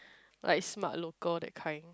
like Smartlocal that kind